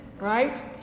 right